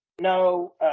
No